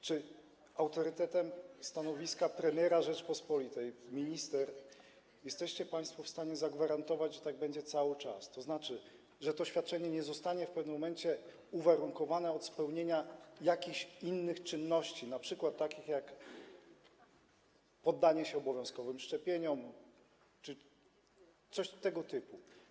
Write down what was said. Czy autorytetem stanowiska premiera Rzeczypospolitej jesteście państwo w stanie zagwarantować, że tak będzie cały czas, tzn. czy to świadczenie nie zostanie w pewnym momencie uwarunkowane jakimiś innymi czynnościami, np. takimi jak poddanie się obowiązkowym szczepieniom czy coś tego typu?